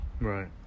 Right